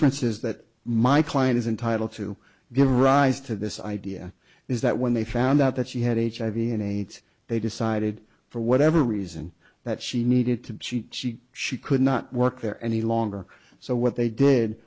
inference is that my client is entitled to give rise to this idea is that when they found out that she had hiv and aids they decided for whatever reason that she needed to she could not work there any longer so what they did